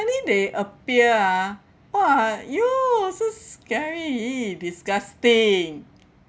suddenly they appear ah !wah! yo so scary disgusting